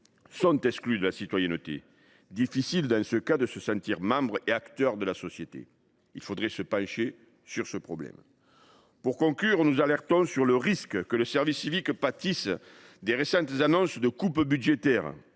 sont exclus de la citoyenneté. Difficile dans ce cas de se sentir membre et acteur de la société ; il faudrait se pencher sur ce problème. Nous alertons sur le risque que le service civique pâtisse des récentes annonces de coupes budgétaires